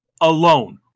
alone